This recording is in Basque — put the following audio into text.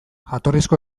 jatorrizko